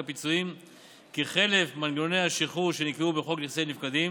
כי חלף מנגנוני השחרור שנקבעו בחוק נכסי נפקדים